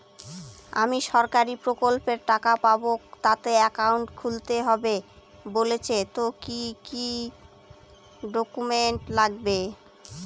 আমি সরকারি প্রকল্পের টাকা পাবো তাতে একাউন্ট খুলতে হবে বলছে তো কি কী ডকুমেন্ট লাগবে?